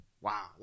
wow